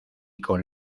con